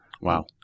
Wow